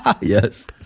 yes